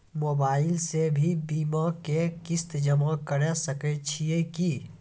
Mobile से भी बीमा के किस्त जमा करै सकैय छियै कि?